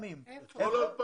לא.